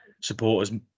supporters